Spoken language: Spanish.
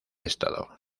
estado